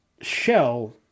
shell